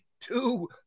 two